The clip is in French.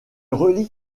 relie